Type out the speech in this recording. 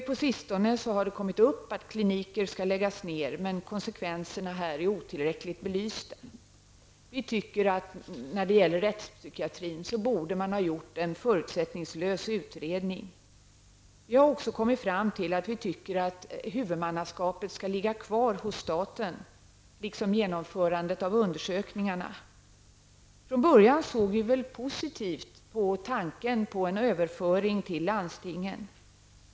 På sistone har det kommit upp att kliniker skall läggas ned, men konsekvenserna är otillräckligt belysta. Vi tycker att när det gäller rättspsykiatrin borde man ha gjort en förutsättningslös utredning. Vi har också kommit fram till att tycka att huvudmannaskapet skall ligga kvar hos staten, liksom genomförandet av undersökningarna. Från början såg vi väl positivt på tanken på en överföring till landstingen.